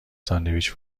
ساندویچ